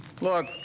Look